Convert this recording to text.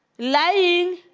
lying